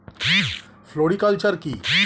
Floriculture কি?